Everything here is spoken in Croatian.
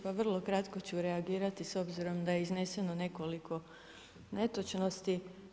Pa vrlo kratko ću reagirati s obzirom da je izneseno nekoliko netočnosti.